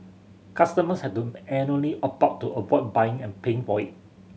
customers had to annually opt out to avoid buying and paying for it